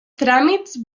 tràmits